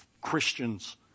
Christians